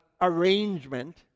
arrangement